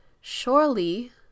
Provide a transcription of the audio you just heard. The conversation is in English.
surely